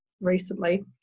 recently